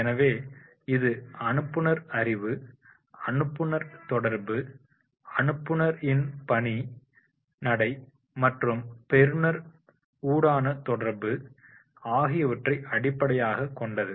எனவே இது அனுப்புனர் அறிவு அனுப்புனர் தொடர்பு அனுப்புனர் இன் பணி நடை மற்றும் பெறுநர் உடனான தொடர்பு ஆகியவற்றை அடிப்படையாக கொண்டது